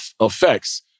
effects